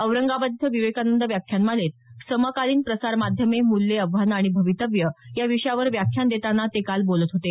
औरंगाबाद इथं विवेकानंद व्याख्यानमालेत समकालीन प्रसार माध्यमे मूल्ये आव्हानं आणि भवितव्य या विषयावर व्याख्यान देतांना ते काल बोलत होते